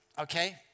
okay